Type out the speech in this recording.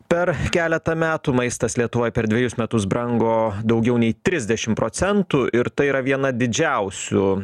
per keletą metų maistas lietuvoj per dvejus metus brango daugiau nei trisdešim procentų ir tai yra viena didžiausių